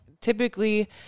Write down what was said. typically